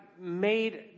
made